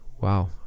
wow